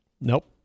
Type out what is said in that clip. nope